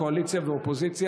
קואליציה ואופוזיציה.